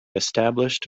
established